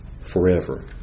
forever